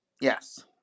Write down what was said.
yes